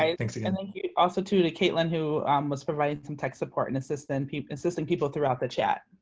um thanks again. thank you, also, to to caitlin, who um was providing some tech support and assisting and people assisting people throughout the chat.